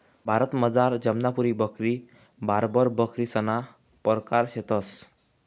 भारतमझार जमनापुरी बकरी, बार्बर बकरीसना परकार शेतंस